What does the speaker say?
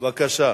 בבקשה.